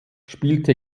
spielte